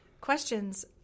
questions